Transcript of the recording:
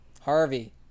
Harvey